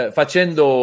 facendo